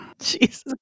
Jesus